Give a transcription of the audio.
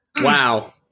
Wow